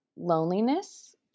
loneliness